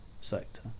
sector